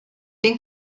den